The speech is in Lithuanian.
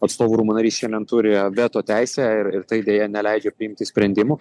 atstovų rūmų narys šiandien turėjo veto teisę ir ir tai deja neleidžia priimti sprendimų